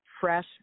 fresh